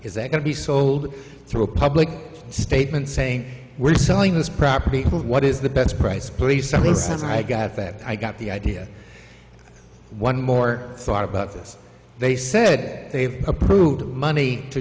is that going to be sold through a public statement saying we're selling this property what is the best price please somebody says i got that i got the idea one more thought about this they said they've approved the money to